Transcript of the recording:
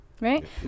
right